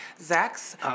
Zach's